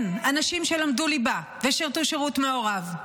כן, אנשים שלמדו ליבה ושירתו שירות מעורב.